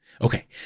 Okay